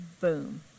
Boom